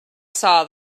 saw